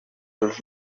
els